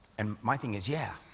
and my thing is, yeah.